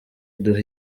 iduha